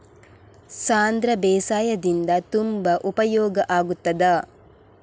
ಸಾಂಧ್ರ ಬೇಸಾಯದಿಂದ ತುಂಬಾ ಉಪಯೋಗ ಆಗುತ್ತದಾ?